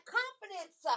confidence